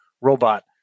robot